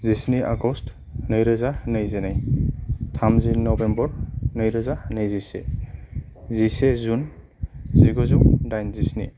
जिस्नि आगष्ट नैरोजा नैजिनै थामजि नबेम्बर नैरोजा नैजिसे जिसे जुन जिगुजौ दाइनजिस्नि